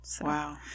Wow